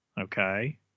Okay